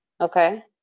Okay